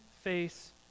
face